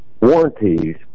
warranties